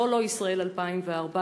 זו לא ישראל 2014,